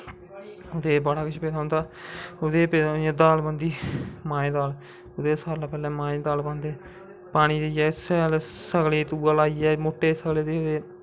ते बड़ा किश पेदे होंदा जि'यां दाल बनदी माहें दी दाल ओह्दे च सारें कोला दा पैह्लें माहें दा दाल पांदे पानी पाइयै सगले गी तुगा देइयै शैल मुट्टे